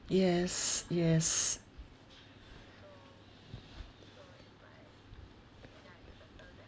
yes yes